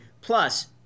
Plus